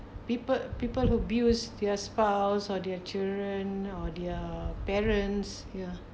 people people who abuse their spouse or their children or their parents ya